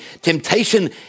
temptation